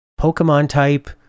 Pokemon-type